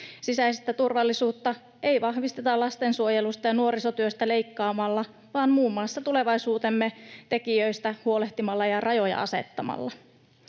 Sisäistä turvallisuutta ei vahvisteta lastensuojelusta ja nuorisotyöstä leikkaamalla vaan muun muassa tulevaisuutemme tekijöistä huolehtimalla ja rajoja asettamalla.